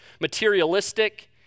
materialistic